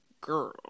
girl